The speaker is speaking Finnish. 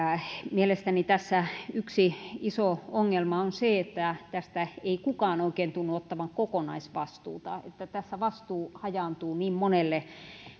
mielestäni tässä yksi iso ongelma on se että tästä ei kukaan oikein tunnu ottavan kokonaisvastuuta tässä vastuu hajaantuu niin monelle